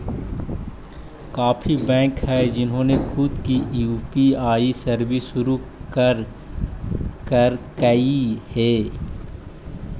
काफी बैंक हैं जिन्होंने खुद की यू.पी.आई सर्विस शुरू करकई हे